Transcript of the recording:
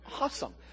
awesome